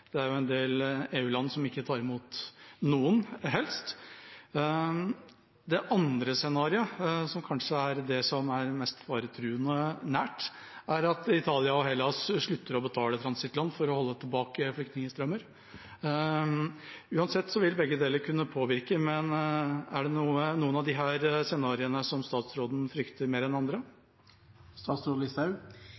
Det er jo en del EU-land som ikke tar imot noen. Det andre scenarioet, som kanskje er det som er mest faretruende nært, er at Italia og Hellas slutter å betale transittland for å holde tilbake flyktningstrømmer. Uansett vil begge deler kunne påvirke, men er det noen av disse scenarioene som statsråden frykter mer enn andre?